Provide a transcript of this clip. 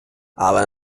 але